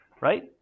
Right